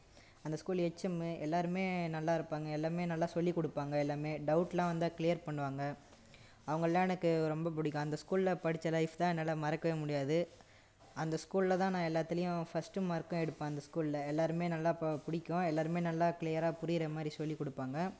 அந்த school HM எல்லாருமே நல்லா இருப்பாங்கள் எல்லாருமே நல்லா சொல்லி கொடுப்பாங்கள் எல்லாமே டவுட்லாம் வந்தால் க்ளியர் பண்ணுவாங்கள் அவங்கெல்லாம் எனக்கு ரொம்ப பிடிக்கும் அந்த ஸ்கூல்லில் படிச்ச லைஃப் தான் என்னால் மறக்கவே முடியாது அந்த ஸ்கூல்லில் தான் நான் எல்லாத்திலேயும் ஃபஸ்ட்டு மார்க்கும் எடுப்பேன் அந்த ஸ்கூல்லில் எல்லாருமே நல்லா இப்போ பிடிக்கும் எல்லாருமே நல்லா க்ளியராக புரிகிற மாதிரி சொல்லி கொடுப்பாங்கள்